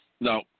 No